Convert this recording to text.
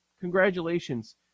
Congratulations